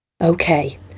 Okay